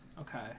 okay